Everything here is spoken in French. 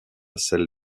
celle